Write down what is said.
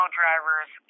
drivers